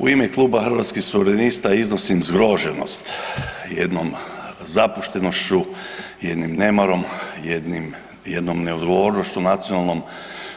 U ime kluba Hrvatskih suverenista iznosim zgroženost jednom zapuštenošću, jednim nemarom, jednom neodgovornošću nacionalnom,